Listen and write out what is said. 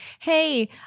hey